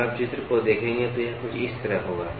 अगर आप चित्र को देखेंगे तो यह कुछ इस तरह होगा